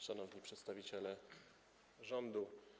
Szanowni Przedstawiciele Rządu!